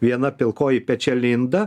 viena pilkoji pečialinda